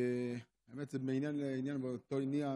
באמת מעניין לעניין באותו עניין,